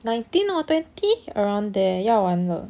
nineteen or twenty around there 要完了